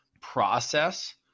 process